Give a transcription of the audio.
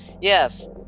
Yes